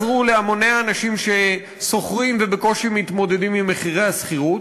לא יעזרו להמוני האנשים ששוכרים ובקושי מתמודדים עם מחירי השכירות,